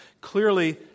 Clearly